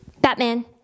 batman